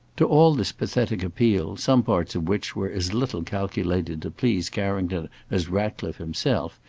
to all this pathetic appeal, some parts of which were as little calculated to please carrington as ratcliffe himself,